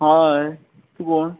हय तूं कोण